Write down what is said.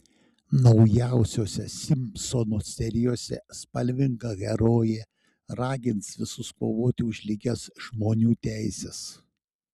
naujausiose simpsonų serijose spalvinga herojė ragins visus kovoti už lygias žmonių teises